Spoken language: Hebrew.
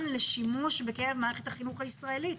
לשימוש בקרב מערכת החינוך הישראלית.